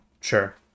sure